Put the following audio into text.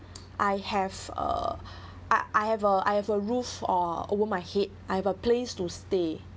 I have uh I have a I have a roof of over my head I have a place to stay